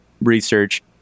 research